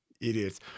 Idiots